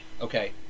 Okay